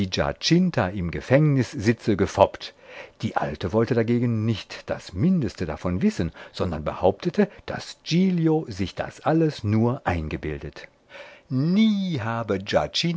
im gefängnis sitze gefoppt die alte wollte dagegen nicht das mindeste davon wissen sondern behauptete daß giglio sich das alles nur eingebildet nie habe